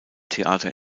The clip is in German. theater